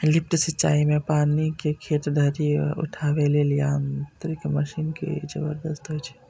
lift सिंचाइ मे पानि कें खेत धरि उठाबै लेल यांत्रिक मशीन के जरूरत होइ छै